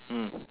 mm